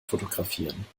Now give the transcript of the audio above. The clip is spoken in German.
fotografieren